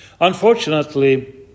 Unfortunately